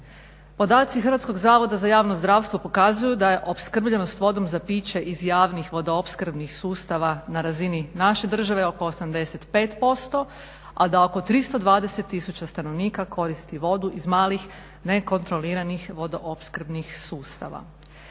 Podaci Hrvatskog zavoda za javno zdravstvo pokazuju da je opskrbljenost vodom za piće iz javnih vodoopskrbnih sustava na razini naše države oko 85%, a da oko 320000 stanovnika koristi vodu iz malih, nekontroliranih vodo opskrbnih sustava.